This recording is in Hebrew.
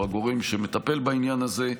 שהיא הגורם שמטפל בעניין הזה.